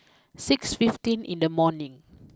six fifteen in the morning